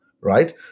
right